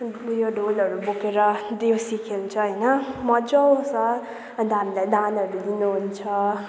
उयो ढोलहरू बोकेर देउसी खेल्छ होइन मजा आउँछ अन्त हामीलाई दानहरू दिनुहुन्छ